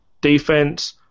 defense